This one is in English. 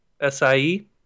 SIE